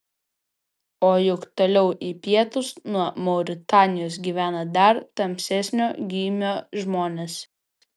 o juk toliau į pietus nuo mauritanijos gyvena dar tamsesnio gymio žmonės